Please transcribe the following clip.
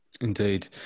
Indeed